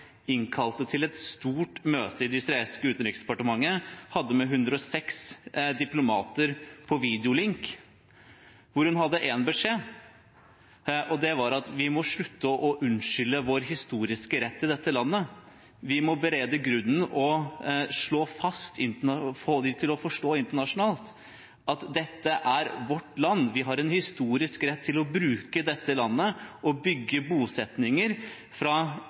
innkalte til et stort møte i det israelske utenriksdepartementet og hadde med 106 diplomater via videolink. Der hadde hun én beskjed: Vi må slutte å unnskylde vår historiske rett til dette landet. Vi må berede grunnen og få folk internasjonalt til å forstå at dette er vårt land. Vi har en historisk rett til å bruke dette landet og bygge bosettinger fra